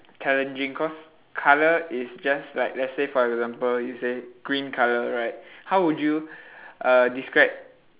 challenging cause colour is just like let's say for example you say green colour right how would you uh describe